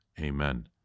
Amen